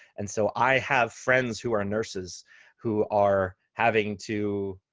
and so i have friends who are nurses who are having to